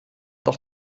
doch